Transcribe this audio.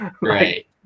right